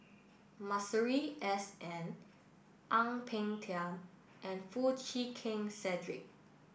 Masuri S N Ang Peng Tiam and Foo Chee Keng Cedric